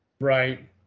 right